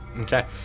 okay